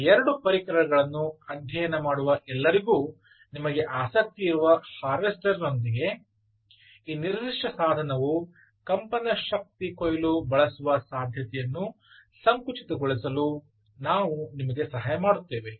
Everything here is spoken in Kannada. ಈ 2 ಪರಿಕರಗಳನ್ನು ಅಧ್ಯಯನ ಮಾಡುವ ಎಲ್ಲರಿಗೂ ನಿಮಗೆ ಆಸಕ್ತಿಯಿರುವ ಹಾರ್ವೆಸ್ಟರ್ನೊಂದಿಗೆ ಈ ನಿರ್ದಿಷ್ಟ ಸಾಧನವು ಕಂಪನ ಶಕ್ತಿ ಕೊಯ್ಲು ಬಳಸುವ ಸಾಧ್ಯತೆಯನ್ನು ಸಂಕುಚಿತಗೊಳಿಸಲು ನಾವು ನಿಮಗೆ ಸಹಾಯ ಮಾಡುತ್ತೇವೆ